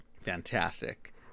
Fantastic